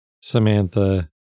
Samantha